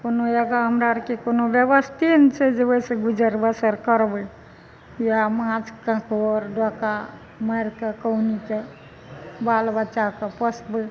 कोनो आँगा हमरा आरके कोनो व्यवस्थे नहि छै जे ओहिसँ गुजर बसर करबै वहए माँछ कांकुर डोका मारि कऽ कहुनाके बाल बच्चाके पोसबै